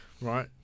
Right